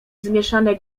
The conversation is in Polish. zmieszane